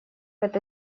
это